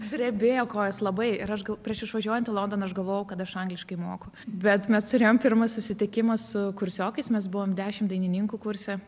drebėjo kojos labai ir aš gal prieš išvažiuojant į londoną aš galvojau kad aš angliškai moku bet mes turėjom pirmą susitikimą su kursiokais mes buvom dešim dainininkų kurse